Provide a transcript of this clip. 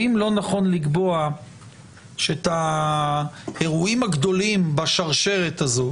האם לא נכון לקבוע שאת האירועים הגדולים בשרשרת הזאת,